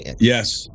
yes